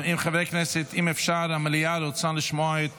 חברי הכנסת, אם אפשר, המליאה רוצה לשמוע את